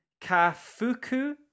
Kafuku